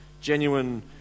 genuine